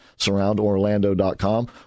SurroundOrlando.com